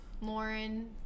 Lauren